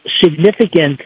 significant